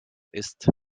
ist